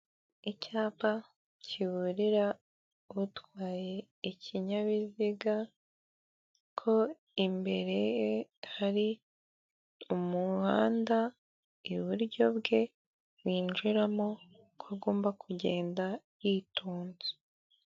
Icyapa kiburira utwaye ikinyabiziga ko imbere ye hari umuhanda iburyo bwe yinjiramo ko agomba kugenda yitonze.